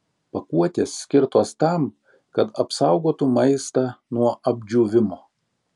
pakuotės skirtos tam kad apsaugotų maistą nuo apdžiūvimo